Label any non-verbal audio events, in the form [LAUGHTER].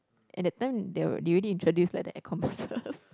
at that time they all they already introduce like the air compressors [LAUGHS]